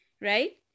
right